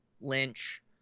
Lynch